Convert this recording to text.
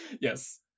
Yes